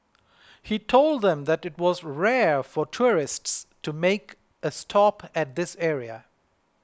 he told them that it was rare for tourists to make a stop at this area